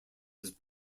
his